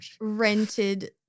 rented